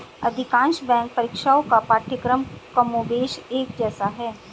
अधिकांश बैंक परीक्षाओं का पाठ्यक्रम कमोबेश एक जैसा है